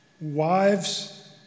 Wives